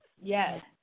Yes